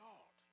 God